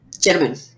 Gentlemen